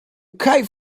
kite